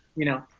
you know?